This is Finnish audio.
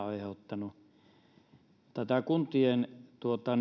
on aiheuttanut tämä kuntien